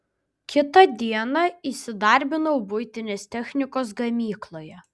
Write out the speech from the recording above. kitą dieną įsidarbinau buitinės technikos gamykloje